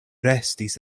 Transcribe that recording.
restis